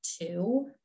two